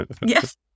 Yes